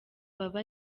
baba